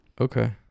Okay